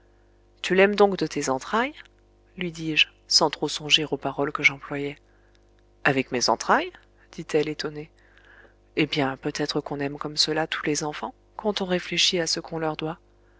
tu l'aimes donc de tes entrailles lui dis-je sans trop songer aux paroles que j'employais avec mes entrailles dit-elle étonnée eh bien peut-être qu'on aime comme cela tous les enfants quand on réfléchit à ce qu'on leur doit